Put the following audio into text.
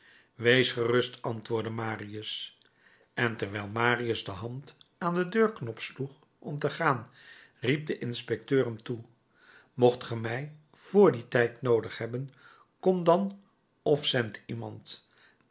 wees gerust antwoordde marius en terwijl marius de hand aan den deurknop sloeg om te gaan riep de inspecteur hem toe mocht ge mij vr dien tijd noodig hebben kom dan of zend iemand